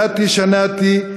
שנאתי שנאתי,